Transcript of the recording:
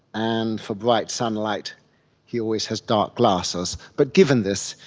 and for bright sunlight he always has dark glasses. but given this,